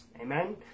Amen